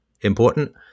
important